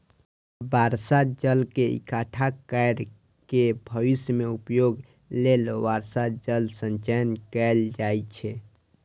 बर्षा जल के इकट्ठा कैर के भविष्य मे उपयोग लेल वर्षा जल संचयन कैल जाइ छै